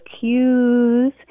cues